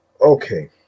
Okay